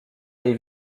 jej